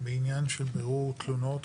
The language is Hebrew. בעניין של בירור תלונות,